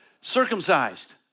circumcised